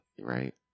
Right